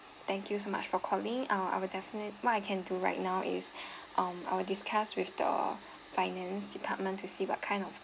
thank you so much for calling uh I will definite what I can do right now is um I will discuss with the finance department to see what kind of